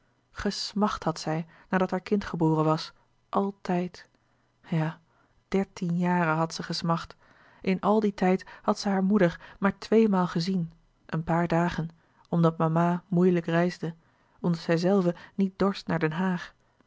gesmacht had zij nadat haar kind geboren was altijd ja dertien jaren had zij gesmacht in al dien tijd had zij hare moeder maar tweemaal gezien een paar dagen omdat mama moeilijk reisde omdat zijzelve niet dorst naar den haag